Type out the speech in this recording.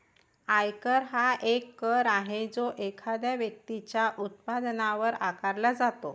आयकर हा एक कर आहे जो एखाद्या व्यक्तीच्या उत्पन्नावर आकारला जातो